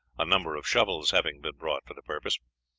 a number of shovels having been brought for the purpose.